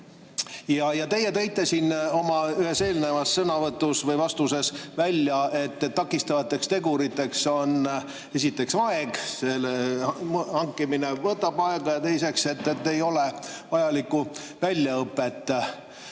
Teie tõite siin ühes oma eelnevas vastuses välja, et takistavateks teguriteks on esiteks aeg, selle hankimine võtab aega, ja teiseks see, et ei ole vajalikku väljaõpet.